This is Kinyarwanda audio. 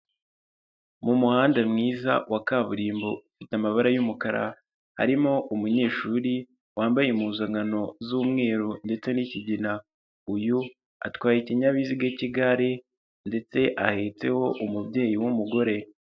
Mu muhanda mwiza wa kaburimbo ufite amabara y'umukara, harimo umunyeshuri wambaye impuzankano z'umweru ndetse n'ikigina. Uyu atwaye ikinyabiziga cy'igare ndetse ahetseho umubyeyi w'umugore.